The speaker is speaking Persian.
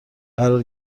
قرار